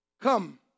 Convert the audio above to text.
Come